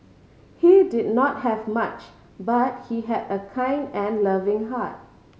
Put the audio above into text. he did not have much but he had a kind and loving heart